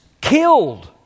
killed